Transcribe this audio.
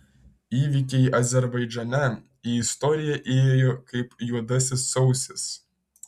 įvykiai azerbaidžane į istoriją įėjo kaip juodasis sausis